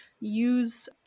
use